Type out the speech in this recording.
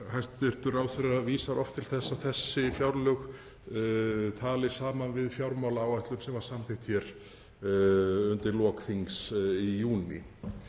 ráðherra oft til þess að þessi fjárlög tali saman við fjármálaáætlun sem var samþykkt hér undir lok þings í júní.